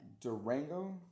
Durango